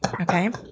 Okay